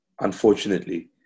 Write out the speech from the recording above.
Unfortunately